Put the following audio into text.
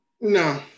No